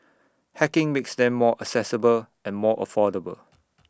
hacking makes them more accessible and more affordable